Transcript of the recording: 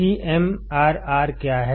CMRR क्या है